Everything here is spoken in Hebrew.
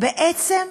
בעצם,